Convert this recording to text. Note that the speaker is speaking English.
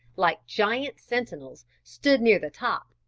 like giant sentinels, stood near the top,